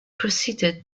proceeded